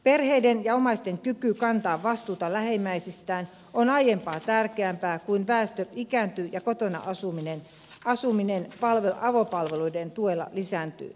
perheiden ja omaisten kyky kantaa vastuuta lähimmäisistään on aiempaa tärkeämpää kun väestö ikääntyy ja kotona asuminen avopalveluiden tuella lisääntyy